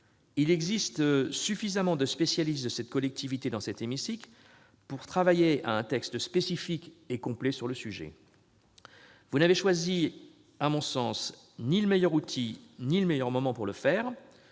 Il existe suffisamment de spécialistes de cette collectivité dans cet hémicycle pour travailler à un texte spécifique et complet sur le sujet. À mon sens, vous n'avez choisi ni le meilleur outil ni le bon moment. Nous resterons